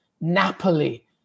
Napoli